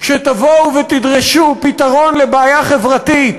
שתבואו ותדרשו פתרון לבעיה חברתית